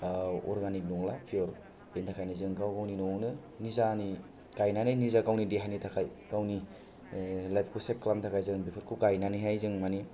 organic नंला पिअर बेनि थाखाय नोजों गाव गावनि न' आवनो निजानि गायनानै निजा गावनि देहानि थाखाय गावनि लाइफखौ सेफ खालामनो थाखाय जों बेफोरखौ गायनानै हाय जों माने